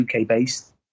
UK-based